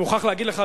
אני מוכרח להגיד לך,